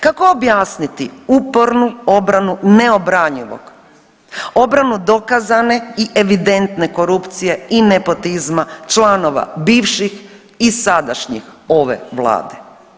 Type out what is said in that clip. Kako objasniti upornu obranu neobranjivog, obranu dokazane i evidentne korupcije i nepotizma članova bivših i sadašnjih ove vlade?